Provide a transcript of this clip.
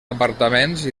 apartaments